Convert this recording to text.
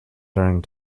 during